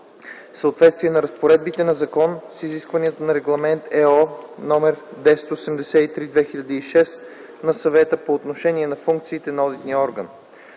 съответствие на разпоредбите на закона с изискванията на Регламент (ЕО) № 1083/2006 на Съвета по отношение на функциите на Одитния орган.